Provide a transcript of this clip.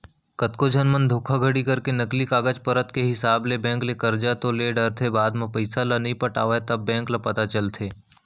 कतको झन मन धोखाघड़ी करके नकली कागज पतर के हिसाब ले बेंक ले करजा तो ले डरथे बाद म पइसा ल नइ पटावय तब बेंक ल पता चलथे